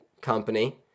company